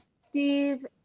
Steve